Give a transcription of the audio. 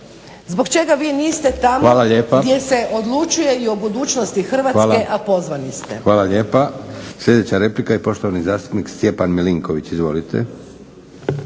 Zbog čega vi niste tamo gdje se odlučuje i o budućnosti Hrvatske, a pozvani ste. **Leko, Josip (SDP)** Hvala lijepa. Sljedeća replika i poštovani zastupnik Stjepan Milinković. Izvolite.